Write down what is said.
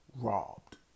robbed